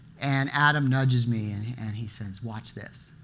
and adam nudges me, and and he says, watch this.